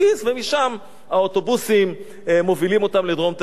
ומשם האוטובוסים מובילים אותם לדרום תל-אביב.